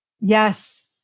Yes